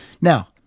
Now